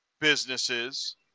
businesses